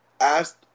asked